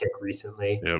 recently